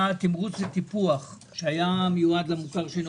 היה תמרוץ וטיפוח שהיה מיועד למוכר שאינו